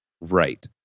Right